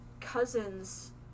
cousins